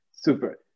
Super